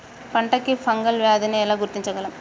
పంట కి ఫంగల్ వ్యాధి ని ఎలా గుర్తించగలం?